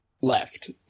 left